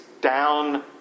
down